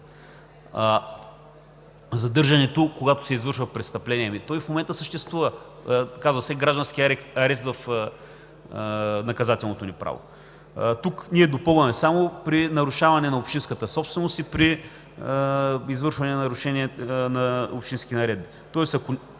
задържането, когато се извършва престъпление. То и в момента съществува, казва се „граждански арест“ в наказателното ни право. Тук допълваме „само при нарушаване на общинската собственост и при извършване на нарушение на общински наредби“.